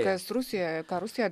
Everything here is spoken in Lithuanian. kas rusijoje ką rusija